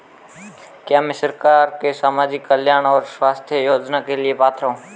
क्या मैं सरकार के सामाजिक कल्याण और स्वास्थ्य योजना के लिए पात्र हूं?